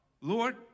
Lord